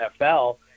NFL